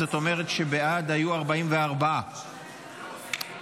זאת אומרת שבעד היו 44 בעד.